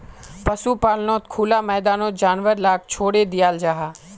पशुपाल्नोत खुला मैदानोत जानवर लाक छोड़े दियाल जाहा